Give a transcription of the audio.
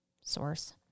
source